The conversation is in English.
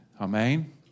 Amen